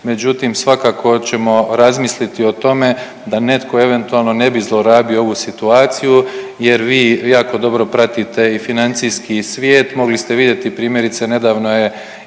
međutim svakako ćemo razmisliti o tome da netko eventualno ne bi zlorabio ovu situaciju jer vi jako dobro pratite i financijski svijet, mogli ste vidjeti primjerice nedavno je